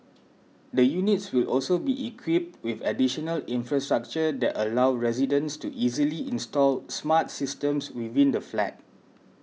the units will also be equipped with additional infrastructure that allow residents to easily install smart systems within the flat